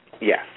Yes